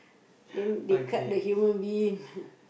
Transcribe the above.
then they cut the human being